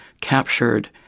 captured